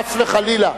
חס וחלילה.